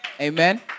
Amen